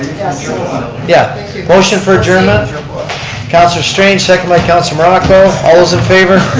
you know yeah motion for adjournment. councilor strange, seconded by councilor morocco. all those in favor,